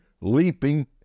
leaping